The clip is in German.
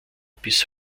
bis